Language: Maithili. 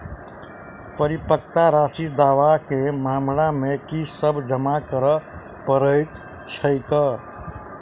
परिपक्वता राशि दावा केँ मामला मे की सब जमा करै पड़तै छैक?